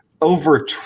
over